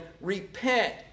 Repent